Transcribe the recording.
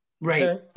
Right